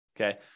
okay